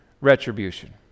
retribution